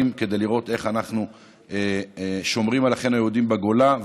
לראות איך אנחנו שומרים על אחינו היהודים בגולה,